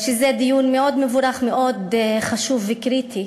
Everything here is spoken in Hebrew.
זה דיון מאוד מבורך, מאוד חשוב וקריטי